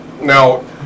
Now